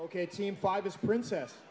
ok team five is princess